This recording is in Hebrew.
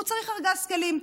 הוא צריך ארגז כלים.